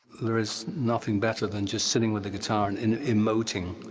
there is nothing better than just sitting with the guitar and and emoting.